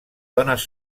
dones